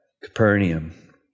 Capernaum